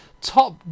Top